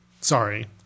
Sorry